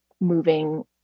moving